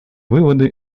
выводы